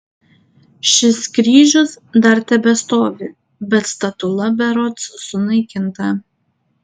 šis kryžius dar tebestovi bet statula berods sunaikinta